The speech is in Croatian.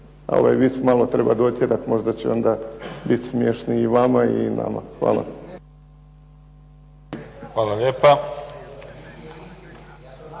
ovaj vic malo treba dotjerati, možda će onda biti smješniji i vama i nama. Hvala lijepa.